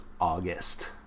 August